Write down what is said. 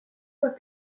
pas